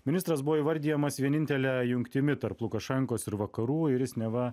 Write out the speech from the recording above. ministras buvo įvardijamas vienintele jungtimi tarp lukašenkos ir vakarų ir jis neva